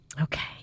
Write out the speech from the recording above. Okay